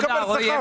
תודה, תודה, רועי.